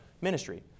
ministry